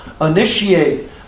initiate